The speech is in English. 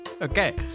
Okay